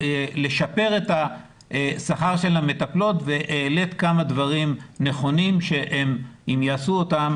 לשפר את השכר של המטפלות והעלית כמה דברים נכונים שאם יעשו אותם,